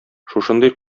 шушындый